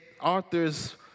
Arthur's